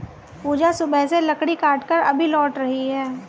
पूजा सुबह से लकड़ी काटकर अभी लौट रही है